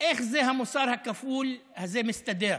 איך המוסר הכפול הזה מסתדר?